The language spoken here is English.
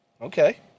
okay